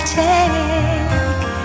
take